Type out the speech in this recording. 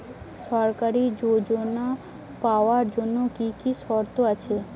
সরকারী যোজনা পাওয়ার জন্য কি কি শর্ত আছে?